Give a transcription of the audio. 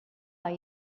are